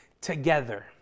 together